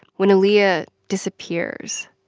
when aaliyah disappears.